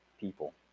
people